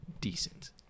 decent